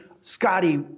Scotty